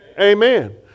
Amen